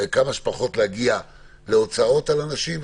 כמה שפחות להגיע להוצאות של אנשים,